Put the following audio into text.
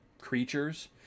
creatures